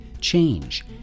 change